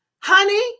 Honey